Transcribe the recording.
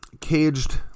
caged